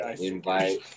invite